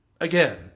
again